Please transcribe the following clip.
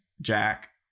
Jack